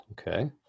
Okay